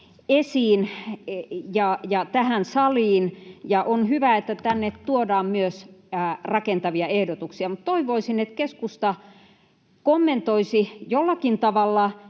esiin ja tähän saliin, ja on hyvä, että tänne tuodaan myös rakentavia ehdotuksia. Mutta toivoisin, että keskusta kommentoisi jollakin tavalla